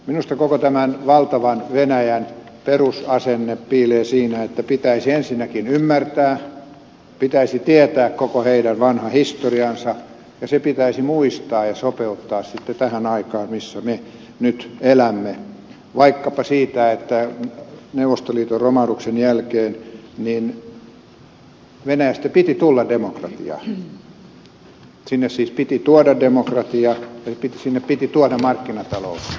minusta koko tämän valtavan venäjän perusasenne piilee siinä että pitäisi ensinnäkin ymmärtää pitäisi tietää koko sen vanha historia ja se pitäisi muistaa ja sopeuttaa sitten tähän aikaan missä me nyt elämme vaikkapa se että neuvostoliiton romahduksen jälkeen venäjästä piti tulla demokratia sinne siis piti tuoda demokratia sinne piti tuoda markkinatalous